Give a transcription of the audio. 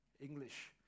English